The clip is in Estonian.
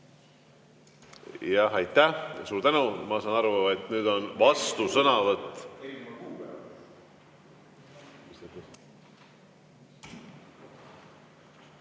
Aitäh! Suur tänu! Ma saan aru, et nüüd on vastusõnavõtt.